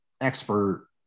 expert